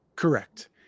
Correct